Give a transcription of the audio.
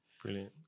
Brilliant